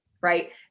right